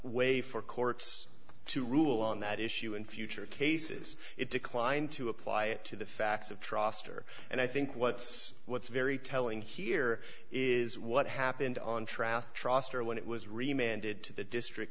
way for courts to rule on that issue in future cases it declined to apply it to the facts of trust or and i think what's what's very telling here is what happened on traffic trustor when it was remained did to the district